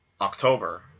October